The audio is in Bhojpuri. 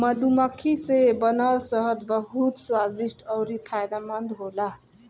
मधुमक्खी से बनल शहद बहुत स्वादिष्ट अउरी फायदामंद होला